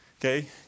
Okay